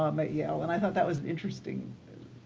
um at yale. and i thought that was interesting.